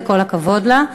וכל הכבוד לה.